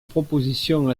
proposition